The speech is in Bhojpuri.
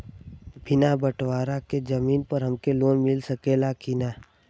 बिना बटवारा के जमीन पर हमके लोन मिल सकेला की ना?